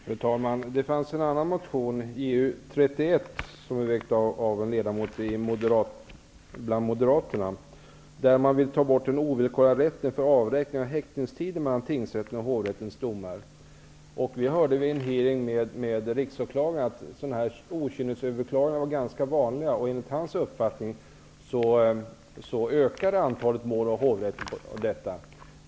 Fru talman! Det fanns en annan motion, Ju31, väckt av en ledamot från Moderata samlingspartiet, där man vill ta bort den ovillkorliga rätten för avräkning av häktningstiden mellan tingsrättens och hovrättens domar. Vi hörde vid en hearing med riksåklagaren att okynnesöverklaganden är ganska vanliga, och enligt hans uppfattning ökar antalet mål i hovrätten till följd av detta.